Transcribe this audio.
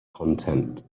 content